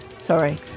Sorry